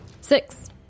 Six